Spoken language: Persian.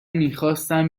میخواستم